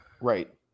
right